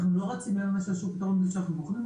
אנחנו לא רצים היום לתת איזה שהוא פתרון לפני שאנחנו בוחנים,